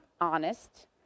honest